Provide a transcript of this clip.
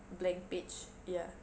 blank page ya